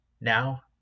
Now